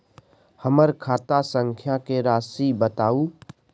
हमर खाता संख्या के राशि बताउ